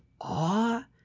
awe